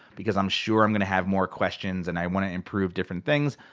because i'm sure i'm gonna have more questions, and i want to improve different things.